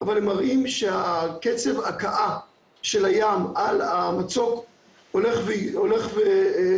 אבל הם מראים שקצב ההכאה של הים על המצוק הולך וגובר.